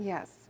Yes